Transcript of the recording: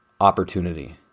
opportunity